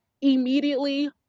immediately